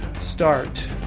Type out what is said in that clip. start